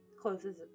closes